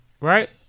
Right